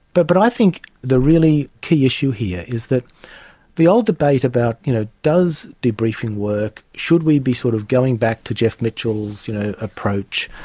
but but i think the really key issue here is that the old debate about you know does debriefing work, should we be sort of going back to jeff mitchell's you know approach,